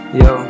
yo